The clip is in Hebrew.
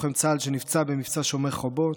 לוחם צה"ל שנפצע במבצע שומר החומות.